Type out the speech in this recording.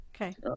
Okay